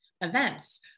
events